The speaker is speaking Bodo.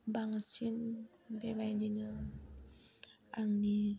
बांसिन बेबायदिनो आंनि